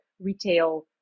retail